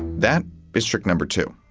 that is trick number two.